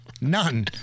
None